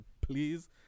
Please